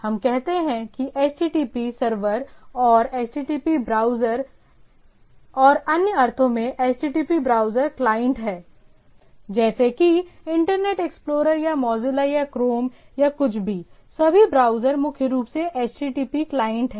हम कहते हैं कि HTTP सर्वर और HTTP ब्राउज़र सही या अन्य अर्थों में HTTP ब्राउज़र क्लाइंट हैं जैसे कि इंटरनेट एक्सप्लोरर या मोज़िला या क्रोम या कुछ भी सभी ब्राउज़र मुख्य रूप से HTTP क्लाइंट हैं